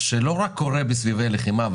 שקורה לא רק בסבבי לחימה,